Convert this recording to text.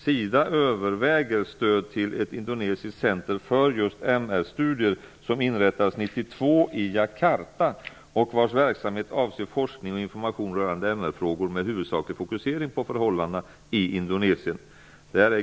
SIDA överväger stöd till ett indonesiskt centrum för just MR-studier som inrättades 1992 i Jakarta och vars verksamhet avser forskning och information rörande MR-frågor med huvudsaklig fokusering på förhållandena i Indonesien.